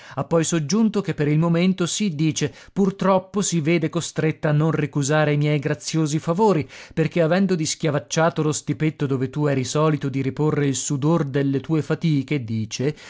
ha poi soggiunto che per il momento sì dice purtroppo si vede costretta a non ricusare i miei graziosi favori perché avendo dischiavacciato lo stipetto dove tu eri solito di riporre il sudor delle tue fatiche dice